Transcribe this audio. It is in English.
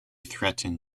threatened